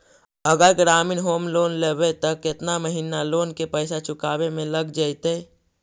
अगर ग्रामीण home loan लेबै त केतना महिना लोन के पैसा चुकावे में लग जैतै?